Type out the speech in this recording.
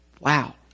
Wow